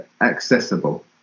accessible